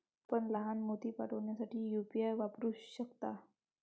आपण लहान मोती पाठविण्यासाठी यू.पी.आय वापरू शकता